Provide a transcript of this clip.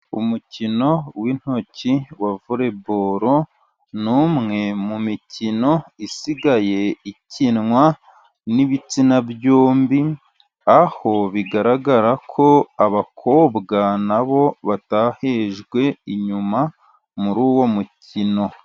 Umukino w'intoki wa voreboro, ni umwe mu mikino isigaye ikinwa n'ibitsina byombi, aho bigaragara ko abakobwa nabo batahejwe inyuma muri uwo mukino.